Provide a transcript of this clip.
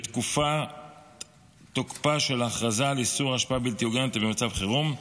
בתקופת תוקפה של ההכרזה על איסור השפעה בלתי הוגנת במצב חירום,